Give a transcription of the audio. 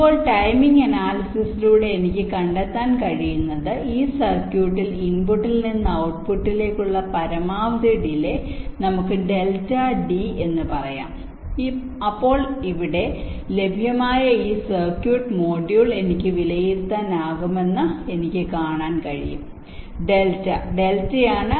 ഇപ്പോൾ ടൈമിംഗ് അനാലിസിസിലൂടെ എനിക്ക് കണ്ടെത്താൻ കഴിയുന്നത് ഈ സർക്യൂട്ടിൽ ഇൻപുട്ടിൽ നിന്ന് ഔട്ട്പുട്ടിലേക്കുള്ള പരമാവധി ഡി ലെ നമുക്ക് ഡെൽറ്റ ഡി എന്ന് പറയാം അപ്പോൾ ഇവിടെ ലഭ്യമായ ഈ സർക്യൂട്ട് മൊഡ്യൂൾ എനിക്ക് വിലയിരുത്താനാകുമെന്ന് എനിക്ക് കാണാൻ കഴിയും ഡെൽറ്റ ഡെൽറ്റയാണ്